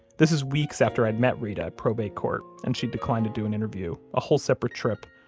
this is weeks after i'd met reta at probate court, and she declined to do an interview, a whole separate trip.